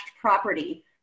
property